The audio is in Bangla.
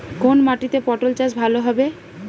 কোন মাটিতে পটল চাষ ভালো হবে?